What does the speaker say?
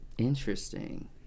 interesting